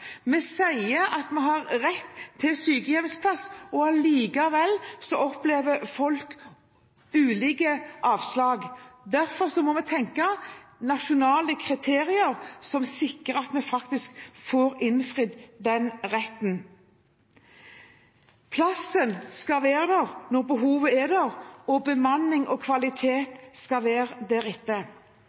Vi sier man har rett til sykehjemsplass, men likevel opplever folk ulike avslag. Derfor må vi tenke nasjonale kriterier som sikrer at vi faktisk får innfridd den retten. Plassen skal være der når behovet er der, og bemanning og kvalitet skal være